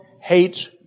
hates